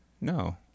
No